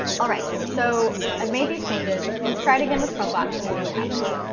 all right. so i've made these changes. let's try it again with chromevox and see what happens.